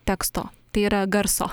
teksto tai yra garso